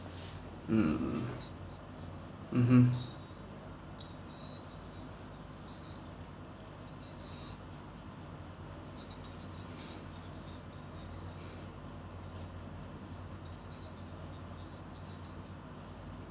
mm mmhmm